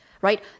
right